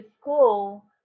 school